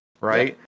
right